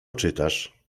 czytasz